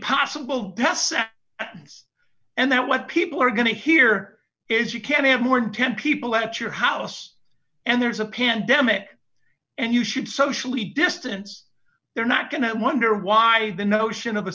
possible best and that what people are going to hear is you can't have more than ten people at your house and there's a pandemic and you should socially distance they're not going to wonder why the notion of a